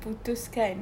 putuskan